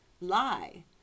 lie